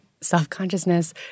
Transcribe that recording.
self-consciousness